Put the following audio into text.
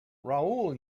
raoul